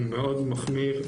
הוא מאוד מחמיר,